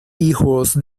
hijos